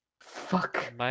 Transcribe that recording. Fuck